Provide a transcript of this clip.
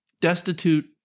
destitute